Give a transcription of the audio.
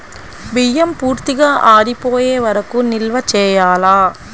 బియ్యం పూర్తిగా ఆరిపోయే వరకు నిల్వ చేయాలా?